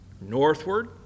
northward